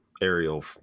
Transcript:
aerial